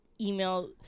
Email